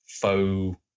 Faux